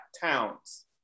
towns